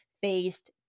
faced